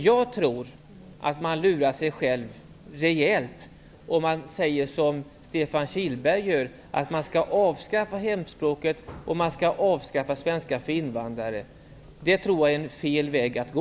Jag tror att man lurar sig själv rejält om man, som Stefan Kihlberg, säger att hemspråksundervisning och undervisning i svenska för invandrare skall avskaffas. Det tror jag är fel väg att gå.